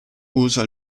usa